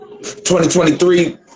2023